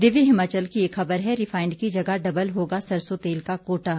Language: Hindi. दिव्य हिमाचल की एक खबर है रिफाइंड की जगह डबल होगा सरसों तेल का कोटा